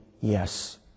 yes